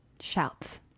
Shouts